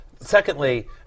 Secondly